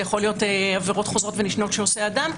זה יכול להיות עבירות חוזרות ונשנות שעושה אדם,